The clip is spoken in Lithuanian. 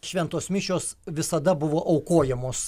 šventos mišios visada buvo aukojamos